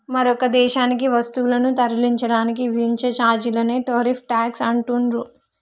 మరొక దేశానికి వస్తువులను తరలించడానికి విధించే ఛార్జీలనే టారిఫ్ ట్యేక్స్ అంటుండ్రు